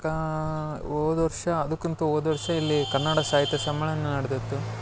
ಕಾ ಹೋದ್ ವರ್ಷ ಅದಕ್ಕಂತೂ ಹೋದ್ ವರ್ಷ ಇಲ್ಲಿ ಕನ್ನಡ ಸಾಹಿತ್ಯ ಸಮ್ಮೇಳನ ನಡೆದಿತ್ತು